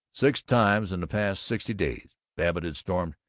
six times in the past sixty days babbitt had stormed,